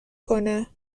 کنه